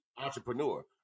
entrepreneur